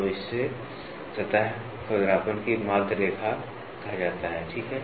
तो इसे सतह खुरदरापन की माध्य रेखा कहा जाता है ठीक है